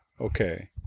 Okay